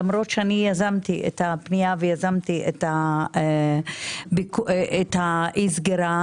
למרות שאני יזמתי את הפנייה ויזמתי את האי סגירה,